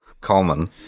common